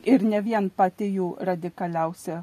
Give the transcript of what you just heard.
ir ne vien pati jų radikaliausia